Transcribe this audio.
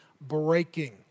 breaking